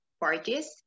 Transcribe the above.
parties